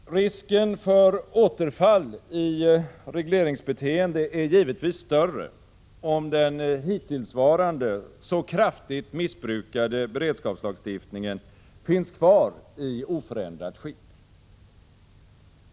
Risken för återfall i regleringsbeteende är givetvis större, om den hittillsvarande, så kraftigt missbrukade beredskapslagstiftningen finns kvar i oförändrat skick.